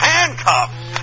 Handcuffs